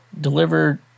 delivered